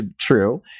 true